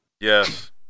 Yes